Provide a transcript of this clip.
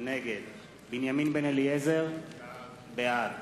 נגד בנימין בן-אליעזר, בעד